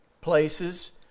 places